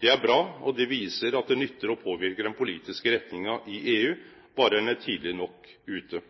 Det er bra, og det viser at det nyttar å påverke den politiske retninga i EU berre ein er tidleg nok ute.